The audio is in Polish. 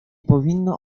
powinno